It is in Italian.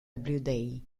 day